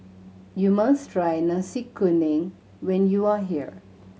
you must try Nasi Kuning when you are here